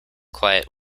quiet